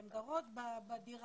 הן גרות בדירה,